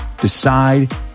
Decide